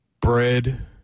Bread